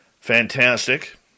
fantastic